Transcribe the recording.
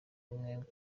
mwebwe